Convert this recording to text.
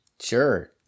Sure